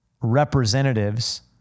representatives